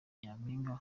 nyampinga